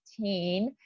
15